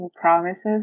promises